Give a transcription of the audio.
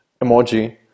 emoji